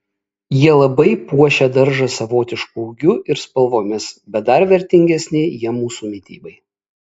jie labai puošia daržą savotišku ūgiu ir spalvomis bet dar vertingesni jie mūsų mitybai